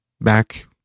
back